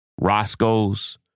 Roscoe's